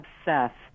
obsessed